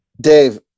Dave